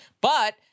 but-